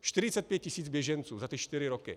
45 tisíc běženců za ty čtyři roky.